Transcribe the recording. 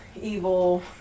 evil